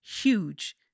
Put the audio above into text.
huge